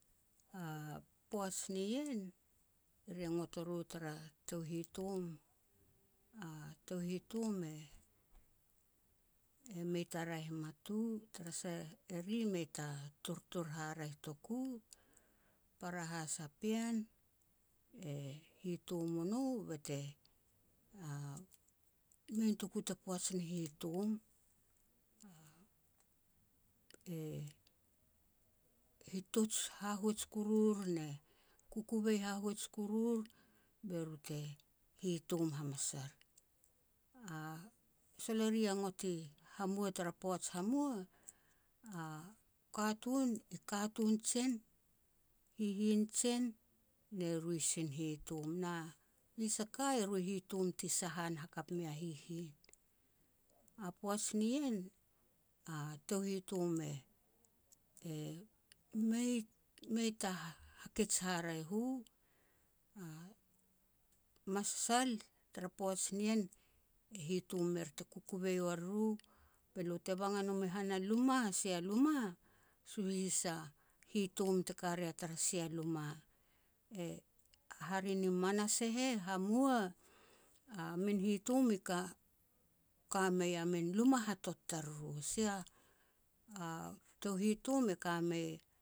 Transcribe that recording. a poaj nien, ri ngot o ru tara tou hitom, a tou hitom e-e mei ta raeh mat u, tara sah eri i mei ta tortor haraeh touk u. Para has a pean e hitom o no bete mei notoku ta poaj ni hitom, e hituj hahuaj kurur ne kukuvei hahuaj kurur be ru te hitom hamas ar. Sol eri ya ngot i hamua tara poaj hamua, a katun i katun jen, hihin jen, ne ru i sin hitom, na mes a ka, eru i hitom ti sahan hakap mea hihin. A poaj nien, a tou hitom e-e mei-mei ta hakej haraeh u, a masal tara poaj nien e hitom mer te kukuvei ua riru, be lo te bang a nom i han a luma, sia luma, suhis a hitom te ka ria tara sia luma. E hare ni manas e heh, hamua, a min hitom i ka-ka mei a min luma hatot tariru. Sia a tou hitom e ka mei